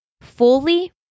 fully